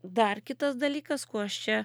dar kitas dalykas kuo aš čia